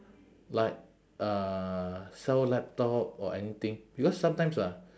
like uh sell laptop or anything because sometimes ah